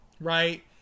right